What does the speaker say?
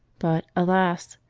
but, alas!